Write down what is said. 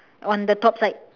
on the top side